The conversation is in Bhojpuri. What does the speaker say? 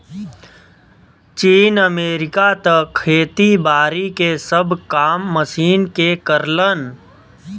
चीन, अमेरिका त खेती बारी के सब काम मशीन के करलन